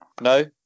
No